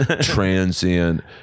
transient